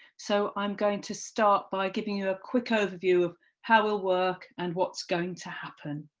so i'm going to start by giving you a quick overview of how we'll work and what's going to happen.